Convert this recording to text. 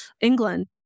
England